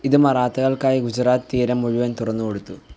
ഇത് മറാത്തകൾക്കായി ഗുജറാത്ത് തീരം മുഴുവൻ തുറന്നുകൊടുത്തു